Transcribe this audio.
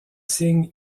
signes